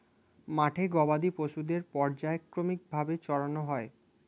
মাঠে গবাদি পশুদের পর্যায়ক্রমিক ভাবে চরানো হয়